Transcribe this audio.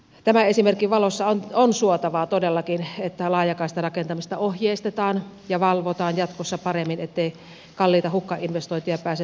tämän esimerkin valossa on suotavaa todellakin että laajakaistarakentamista ohjeistetaan ja valvotaan jatkossa paremmin ettei kalliita hukkainvestointeja pääse syntymään